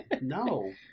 no